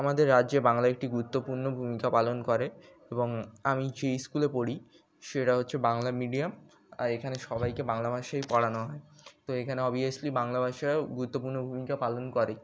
আমাদের রাজ্যে বাংলা একটি গুরুত্বপূর্ণ ভূমিকা পালন করে এবং আমি যেই স্কুলে পড়ি সেটা হচ্ছে বাংলা মিডিয়াম আর এখানে সবাইকে বাংলা ভাষায়ই পড়ানো হয় তো এখানে অবভিয়াসলি বাংলা ভাষাই গুরুত্বপূর্ণ ভূমিকা পালন করে